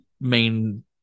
main